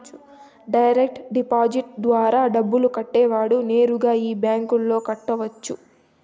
direct deposit ద్వారా డబ్బు కట్టేవాడు నేరుగా బ్యాంకులో కట్టొచ్చు